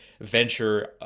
venture